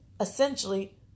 essentially